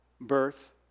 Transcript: Birth